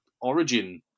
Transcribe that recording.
origin